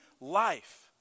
life